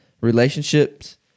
relationships